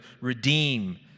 redeem